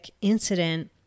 incident